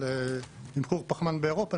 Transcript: של תמחור פחמן באירופה,